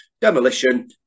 Demolition